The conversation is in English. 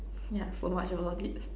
yeah so much about it